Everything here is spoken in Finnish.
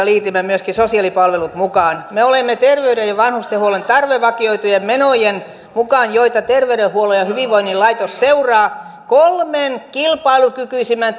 liitimme myöskin sosiaalipalvelut mukaan me olemme terveyden ja vanhustenhuollon tarvevakioitujen menojen mukaan joita terveyden ja hyvinvoinnin laitos seuraa kolmen kilpailukykyisimmän